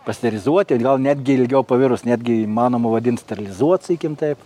pasterizuoti gal netgi ilgiau pavirus netgi įmanoma vadint sterilizuot sakykim taip